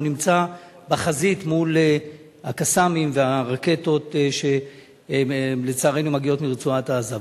נמצא בחזית מול ה"קסאמים" והרקטות שלצערנו מגיעים מרצועת-עזה.